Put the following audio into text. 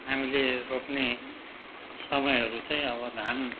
हामीले रोप्ने समयहरू चाहिँ अब धान